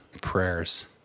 prayers